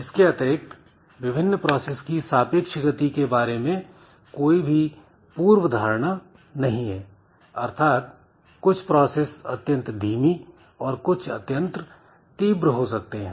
इसके अतिरिक्त विभिन्न प्रोसेस की सापेक्ष गति के बारे में कोई भी पूर्व धारणा नहीं है अर्थात कुछ प्रोसेस अत्यंत धीमी और कुछ अत्यंत तीव्र हो सकते हैं